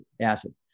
acid